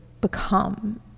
become